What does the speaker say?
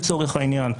לצורך העניין,